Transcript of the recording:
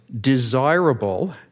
desirable